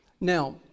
Now